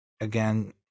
again